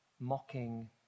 Mocking